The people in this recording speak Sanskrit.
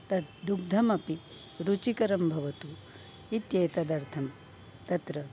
तद् दुग्धमपि रुचिकरं भवतु इत्येतदर्थं तत्र